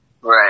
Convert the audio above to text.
Right